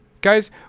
guys